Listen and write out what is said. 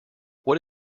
what